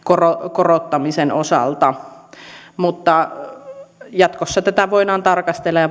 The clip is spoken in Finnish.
korottamisen osalta mutta jatkossa tätä voidaan tarkastella ja